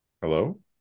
Hello